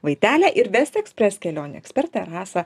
vaitelė ir vest ekspres kelionių ekspertė rasa